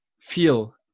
feel